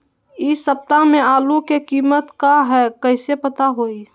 इ सप्ताह में आलू के कीमत का है कईसे पता होई?